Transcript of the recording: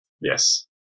Yes